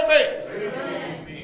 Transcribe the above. Amen